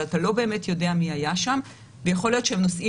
אבל אתה לא באמת יודע מי היה שם ויכול להיות שהם נושאים